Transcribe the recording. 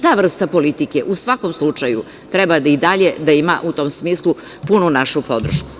Ta vrsta politike u svakom slučaju treba i dalje da ima u tom smislu punu našu podršku.